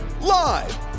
Live